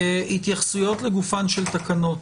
התייחסויות לגופן של תקנות,